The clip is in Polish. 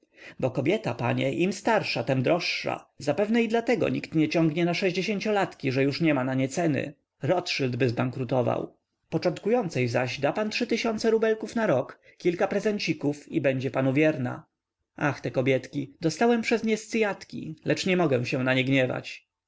bo kobieta panie im starsza tem droższa zapewne i dlatego nikt nie ciągnie na sześćdziesięciolatki że już niema na nie ceny rotszyldby zbankrutował początkującej zaś da pan trzy tysiące rubelków na rok kilka prezencików i będzie panu wierna ach te kobietki dostałem przez nie scyjatyki lecz nie mogę się na nie